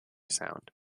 sound